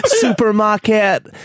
Supermarket